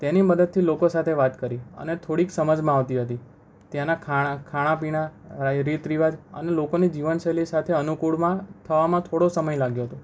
તેની મદદથી લોકો સાથે વાત કરી અને થોડીક સમજમાં આવતી હતી ત્યાંનાં ખાણા ખાણાં પીણાં રીત રિવાજ અને લોકોની જીવનશૈલી સાથે અનુકૂળમાં થવામાં થોળો સમય લાગ્યો હતો